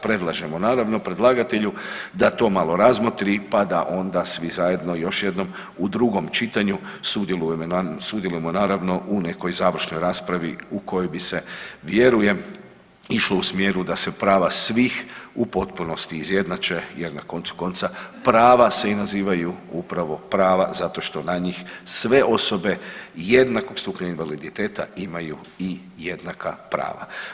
Predlažemo naravno predlagatelju da to malo razmotri pa da onda svi zajedno još jednom u drugom čitanju sudjelujemo naravno u nekoj završnoj raspravi u kojoj bi se vjerujem išlo u smjeru da se prava svih u potpunosti izjednače jer na koncu konca prava se i nazivaju upravo prava zato što na njih sve osobe jednakog stupnja invaliditeta imaju i jednaka prava.